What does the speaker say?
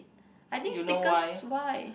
I think stickers why